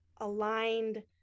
aligned